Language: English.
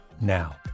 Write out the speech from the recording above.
now